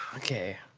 okay.